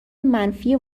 منفی